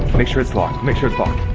make sure it's locked, make sure it's locked.